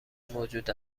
موجود